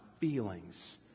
feelings